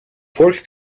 pork